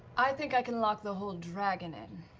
i think i could lock the whole dragon in.